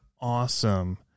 awesome